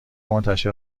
منتشر